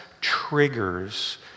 triggers